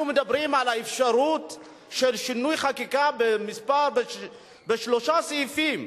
אנחנו מדברים על האפשרות של שינוי חקיקה בשלושה סעיפים: